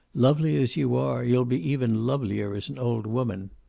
lovely as you are, you'll be even lovelier as an old woman.